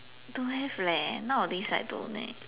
don't have leh nowadays I don't leh